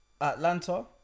Atlanta